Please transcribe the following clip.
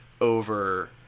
Over